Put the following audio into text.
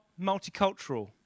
multicultural